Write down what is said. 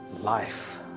life